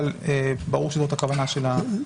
אבל ברור שזאת הכוונה של המציעה.